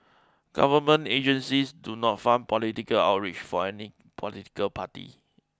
government agencies do not fund political outreach for any political party